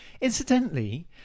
Incidentally